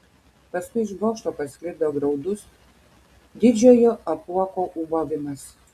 paskui iš bokšto pasklido graudus didžiojo apuoko ūbavimas